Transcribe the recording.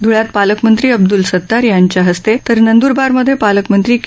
धुळ्यात पालकमंत्री अब्दुल सत्तार यांच्या हस्ते तर नंदुरबार्मध्ये पालकमंत्री के